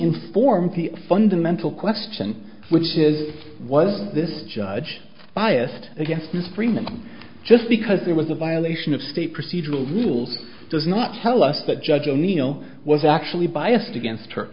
informed the fundamental question which is was this judge biased against mr freeman just because there was a violation of state procedural rules does not tell us that judge o'neil was actually biased against her